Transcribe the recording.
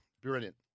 Brilliant